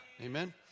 Amen